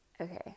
okay